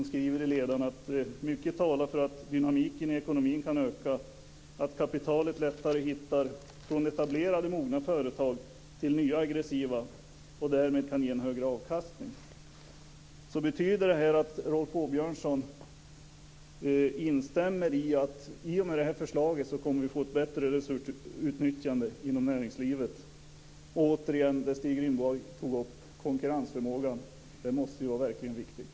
Där skriver man i ledaren: "Mycket talar för att dynamiken i ekonomin kan öka, att kapitalet lättare hittar från etablerade, mogna företag till nya aggressiva och att det därmed kan ge en högre avkastning." Betyder det här att Rolf Åbjörnsson instämmer i att i och med det här förslaget kommer vi att få ett bättre resursutnyttjande inom näringslivet? Och återigen det Stig Rindborg tog upp, konkurrensförmågan, den måste verkligen vara viktig.